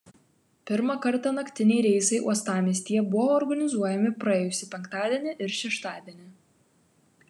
pirmą kartą naktiniai reisai uostamiestyje buvo organizuojami praėjusį penktadienį ir šeštadienį